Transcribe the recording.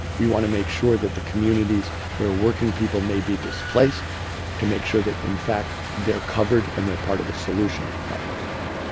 we want to make sure that the communities where working people may be displaced to make sure that in fact they're covered, and they're part of the solution, not part of the but